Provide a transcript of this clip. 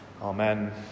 Amen